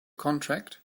contract